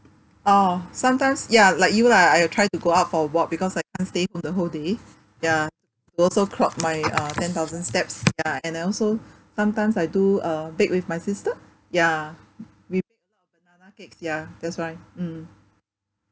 orh sometimes ya like you lah I will try to go out for a walk because I can't stay in the whole day ya to also clock my uh ten thousand steps ya and I also sometimes I do uh bake with my sister ya we banana cakes ya that's why mm